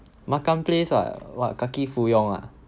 makan place ah what kaki fu yong ah